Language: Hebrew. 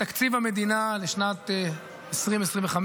תקציב המדינה לשנת 2025,